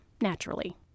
naturally